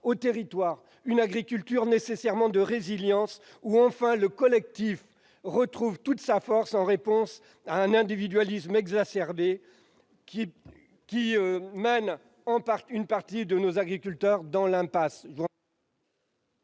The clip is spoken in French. territoire, une agriculture de résilience, dans laquelle le collectif retrouve toute sa force, en réponse à un individualisme exacerbé qui mène une partie de nos agriculteurs dans l'impasse.